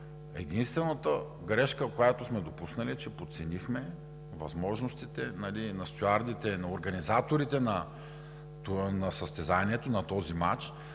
Единствената грешка, която сме допуснали, е, че подценихме възможностите на стюардите и на организаторите на състезанието – на този мач